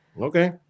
Okay